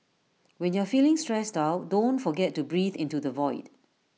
when you are feeling stressed out don't forget to breathe into the void